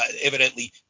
evidently